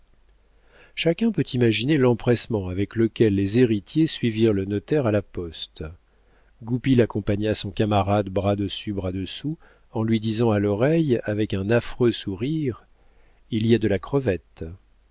chacun peut imaginer l'empressement avec lequel les héritiers suivirent le notaire à la poste goupil accompagna son camarade bras dessus bras dessous en lui disant à l'oreille avec un affreux sourire il y a de la crevette